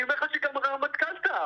אני אומר לך שגם הרמטכ"ל טעה.